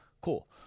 Cool